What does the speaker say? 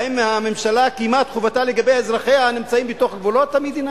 האם הממשלה קיימה את חובתה לגבי אזרחיה הנמצאים בתוך גבולות המדינה?